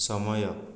ସମୟ